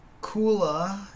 Kula